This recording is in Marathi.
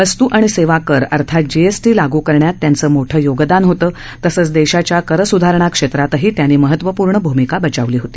वस्तू आणि सेवाकर अर्थात जीएसटी लाग् करण्यात त्यांचं मोठं योगदान होतं तसंच देशाच्या करसुधारणा क्षेत्रातही त्यांनी महत्वपूर्ण भूमिका बजावली होती